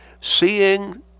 seeing